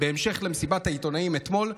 בהמשך למסיבת העיתונאים אתמול,